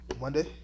Monday